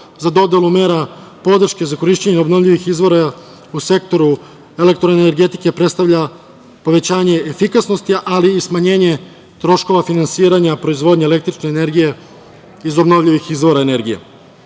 za dodelu mera podrške za korišćenje obnovljivih izvora u sektoru elektroenergetike predstavlja povećanje efikasnosti, ali i smanjenje troškova finansiranja proizvodnje električne energije iz obnovljivih izvora energije. Takođe,